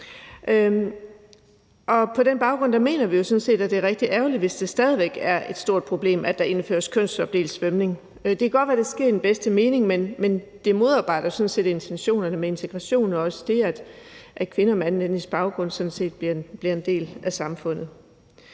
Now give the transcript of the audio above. På den baggrund mener vi jo sådan set, at det er rigtig ærgerligt, hvis der stadig væk er et stort problem med, at der indføres kønsopdelt svømning. Det kan godt være, at det sker i den bedste mening, men det modarbejder jo sådan set intentionerne med integrationen og også det, at kvinder med anden etnisk baggrund bliver en del af samfundet.